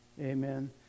Amen